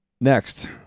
Next